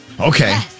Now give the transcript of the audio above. okay